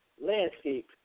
landscape